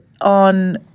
on